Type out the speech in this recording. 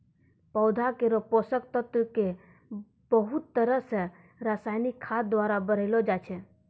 पौधा केरो पोषक तत्व क बहुत तरह सें रासायनिक खाद द्वारा बढ़ैलो जाय छै